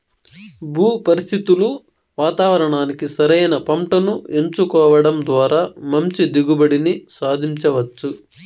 భూ పరిస్థితులు వాతావరణానికి సరైన పంటను ఎంచుకోవడం ద్వారా మంచి దిగుబడిని సాధించవచ్చు